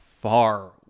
far